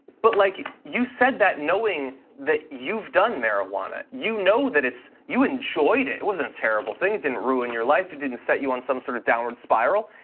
but like you said that knowing that you've done marijuana, you know that it's, you enjoyed it. it wasn't a terrible thing. it didn't ruin your life. it didn't set you on some sort of downward spiral.